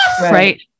Right